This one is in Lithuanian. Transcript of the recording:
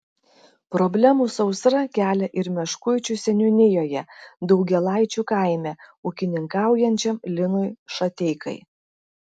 problemų sausra kelia ir meškuičių seniūnijoje daugėlaičių kaime ūkininkaujančiam linui šateikai